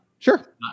Sure